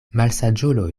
malsaĝulo